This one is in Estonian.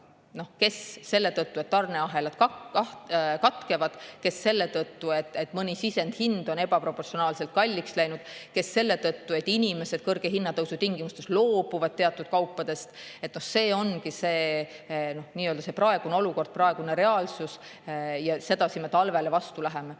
kes seetõttu, et tarneahelad katkevad, kes seetõttu, et mõni sisendhind on ebaproportsionaalselt kalliks läinud, või seetõttu, et inimesed kõrge hinnatõusu tingimustes loobuvad teatud kaupadest – see ongi see praegune olukord, praegune reaalsus. Sedasi me talvele vastu läheme.